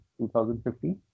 2015